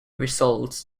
results